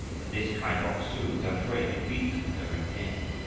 that this kai bok-su of tamsui could beat them at their own game.